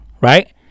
right